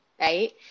right